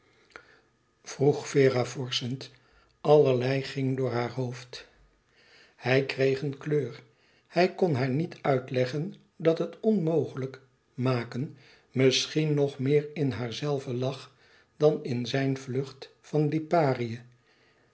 vroeg vera vorschend allerlei ging door haar hoofd hij kreeg een kleur hij kon haar niet uitleggen dat het onmogelijk maken misschien nog meer in haarzelve lag dan in zijn vlucht van liparië